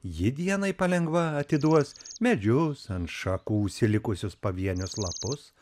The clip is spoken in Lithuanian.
ji dienai palengva atiduos medžius ant šakų užsilikusius pavienius lapus